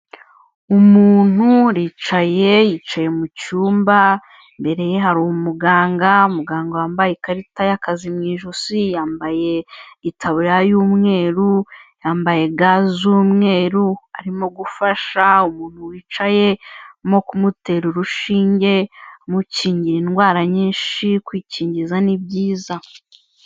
Umuntu ariyicaye, yicaye mu cyumba, imbere hari umuganga, umuganga wambaye ikarita y'akazi mu ijosi, yambaye itabura y'umweru, yambaye ga z'umweru arimo gufasha umuntu wicaye, arimo kumutera urushinge amukingira indwara nyinshi, kwikingiza ni byiza.